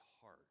heart